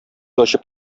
ачып